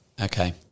Okay